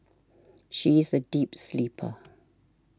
she is a deep sleeper